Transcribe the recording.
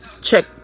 check